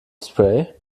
spray